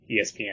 ESPN